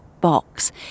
box